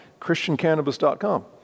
christiancannabis.com